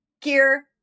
gear